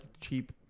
cheap